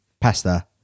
Pasta